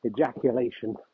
ejaculation